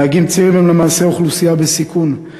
נהגים צעירים הם למעשה אוכלוסייה בסיכון,